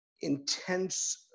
intense